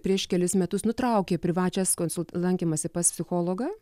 prieš kelis metus nutraukė privačias konsul lankymąsi pas psichologą